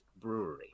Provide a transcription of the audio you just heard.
Brewery